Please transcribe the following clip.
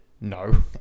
no